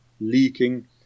leaking